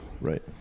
Right